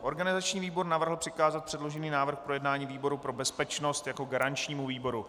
Organizační výbor navrhl přikázat předložený návrh k projednání výboru pro bezpečnost jako garančnímu výboru.